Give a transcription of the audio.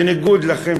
בניגוד לכם,